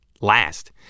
last